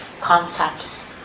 concepts